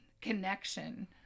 connection